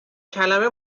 کلمه